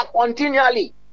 continually